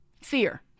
fear